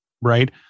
right